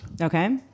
okay